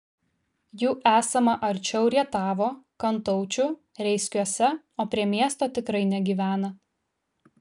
jų esama arčiau rietavo kantaučių reiskiuose o prie miesto tikrai negyvena